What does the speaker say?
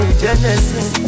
genesis